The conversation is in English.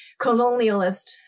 colonialist